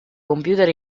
computer